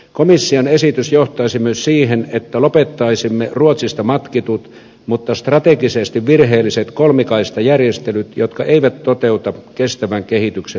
komission esitys johtaisi myös siihen että lopettaisimme ruotsista matkitut mutta strategisesti virheelliset kolmikaistajärjestelyt jotka eivät toteuta kestävän kehityksen periaatetta